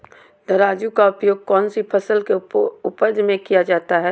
तराजू का उपयोग कौन सी फसल के उपज में किया जाता है?